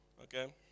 Okay